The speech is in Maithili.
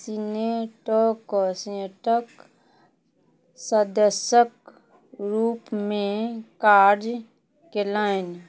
सीनेटके सीनेटके सदस्यके रूपमे काज कएलनि